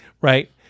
right